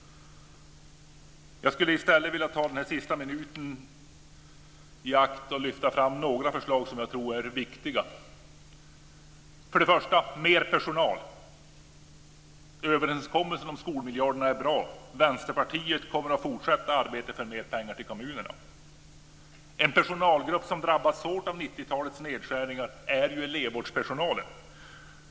Jag skulle i stället vilja ta den här sista minuten i anspråk för att lyfta fram några förslag som jag tror är viktiga. Det krävs mer personal. Överenskommelsen om skolmiljarden är bra. Västerpartiet kommer att fortsätta arbetet för mer pengar till kommunerna. En personalgrupp som drabbats hårt av 90-talets nedskärningar är ju elevvårdspersonalen.